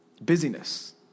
Busyness